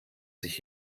sich